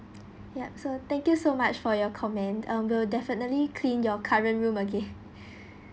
yup so thank you so much for your comment uh will definitely clean your current room again